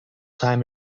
time